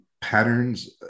patterns